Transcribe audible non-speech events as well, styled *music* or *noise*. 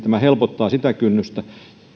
*unintelligible* tämä helpottaa sitä kynnystä